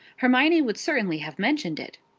hermione would certainly have mentioned it.